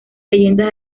leyendas